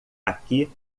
aqui